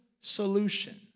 solution